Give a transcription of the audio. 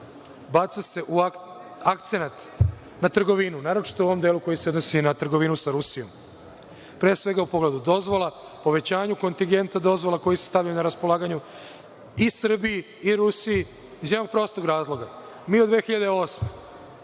baca akcenat na trgovinu, a naročito u ovom delu koji se odnosi na trgovinu sa Rusijom. Pre svega u pogledu dozvola, povećanju kontingenta dozvola koji se stavljaju na raspolaganje i Srbiji i Rusiji, iz jednog prostog razloga što mi od 2008.